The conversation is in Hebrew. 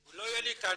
אם לא יהיה לי קנאביס